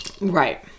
Right